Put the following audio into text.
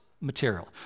material